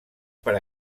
per